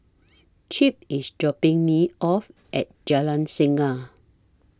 Chip IS dropping Me off At Jalan Singa